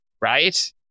right